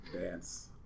dance